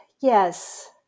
Yes